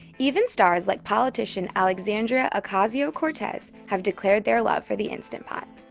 even stars like politician alexandria ocasio-cortez have declared their love for the instant pot.